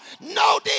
no